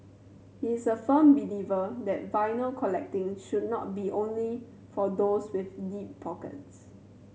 he's a firm believer that vinyl collecting should not be only for those with deep pockets